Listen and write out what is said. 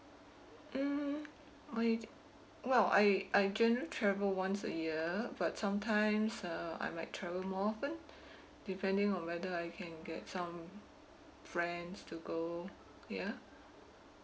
hmm wei~ well I I generally travel once a year but sometime uh I might travel more open depending on whether I can get some friends to go ya